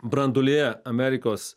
branduolyje amerikos